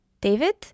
David